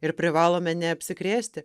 ir privalome neapsikrėsti